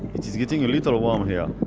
it is getting a little warm here.